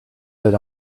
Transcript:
that